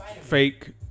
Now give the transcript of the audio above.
fake